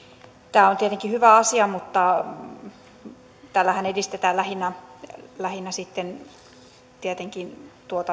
tämä on tietenkin hyvä asia mutta tällähän edistetään lähinnä lähinnä tietenkin